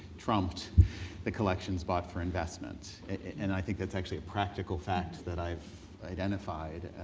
trumped the collections bought for investment. and i think that's actually a practical fact that i've identified.